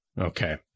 Okay